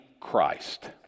christ